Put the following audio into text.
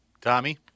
Tommy